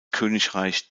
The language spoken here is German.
königreich